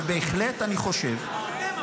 אבל בהחלט אני חושב --- אתם,